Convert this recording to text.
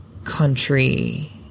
Country